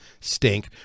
stink